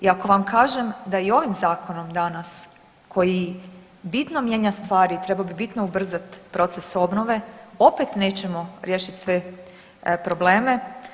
I ako vam kažem da i ovim zakonom danas koji bitno mijenja stvari trebao bi bitno ubrzati proces obnove opet nećemo riješiti sve probleme.